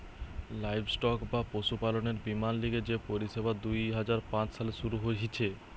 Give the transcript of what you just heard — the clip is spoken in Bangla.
লাইভস্টক বা পশুপালনের বীমার লিগে যে পরিষেবা দুই হাজার পাঁচ সালে শুরু হিছে